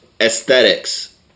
aesthetics